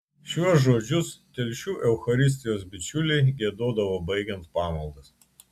šiuos žodžius telšių eucharistijos bičiuliai giedodavo baigiant pamaldas